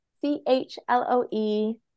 C-H-L-O-E